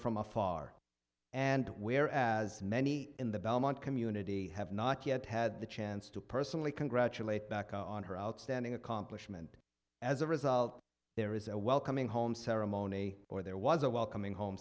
from afar and where as many in the belmont community have not yet had the chance to personally congratulate back on her outstanding accomplishment as a result there is a welcoming home ceremony or there was a welcoming home